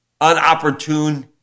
unopportune